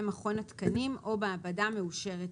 מכון התקנים או מעבדה מאושרת אחרת."